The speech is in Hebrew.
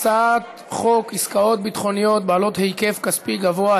הצעת חוק עסקאות ביטחוניות בעלות היקף כספי גבוה,